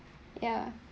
ya